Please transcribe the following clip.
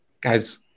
guys